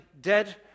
dead